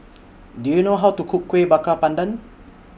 Do YOU know How to Cook Kueh Bakar Pandan